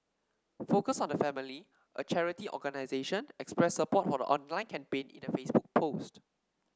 focus on the Family a charity organisation expressed support for the online campaign in a Facebook post